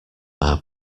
are